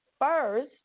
first